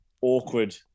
awkward